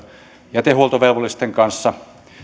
jätehuoltovelvollisten kanssa